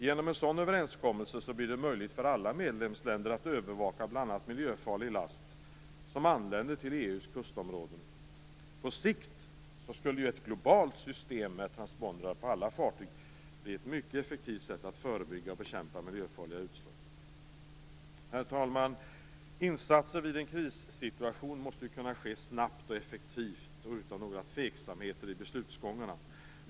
Genom en sådan överenskommelse blir det möjligt för alla medlemsländer att övervaka bl.a. miljöfarlig last som anländer till EU:s kustområden. På sikt skulle ett globalt system med transpondrar på alla fartyg bli ett mycket effektivt sätt att förebygga och bekämpa miljöfarliga utsläpp. Herr talman! Insatser vid en krissituation måste kunna ske snabbt och effektivt och utan några tveksamheter i beslutsgångarna.